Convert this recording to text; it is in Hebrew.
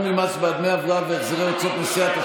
ממס בעד דמי הבראה והחזרי הוצאות נסיעה),